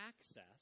access